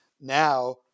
now –